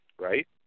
right